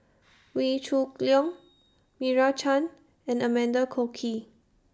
Wee Shoo Leong Meira Chand and Amanda Koe Key